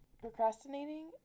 procrastinating